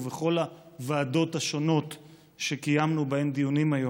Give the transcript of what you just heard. ובכל הוועדות השונות שקיימנו בהן דיונים היום: